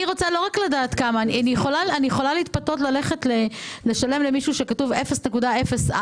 אני יכולה להתפתות לשלם למישהו שאצלו דמי הניהול הם 0,04%,